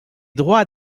droits